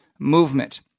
movement